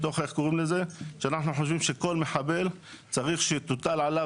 אנחנו חושבים שכל מחבל צריך שתוטל עליו